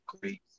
great